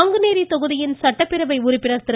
நாங்குநேரி தொகுதியின் சட்டப்பேரவை உறுப்பினர் திரு